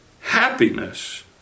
happiness